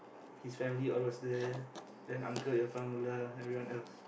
his family all was there then uncle Irfan everyone else